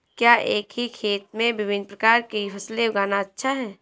क्या एक ही खेत में विभिन्न प्रकार की फसलें उगाना अच्छा है?